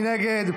מי נגד?